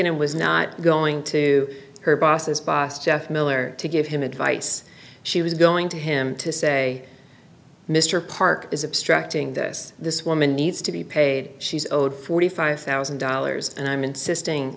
mckinnon was not going to her boss's boss jeff miller to give him advice she was going to him to say mr park is obstructing this this woman needs to be paid she's owed forty five thousand dollars and i'm insisting